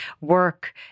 work